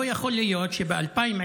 לא יכול להיות שב-2023,